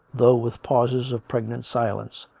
though with pauses of pregnant silence,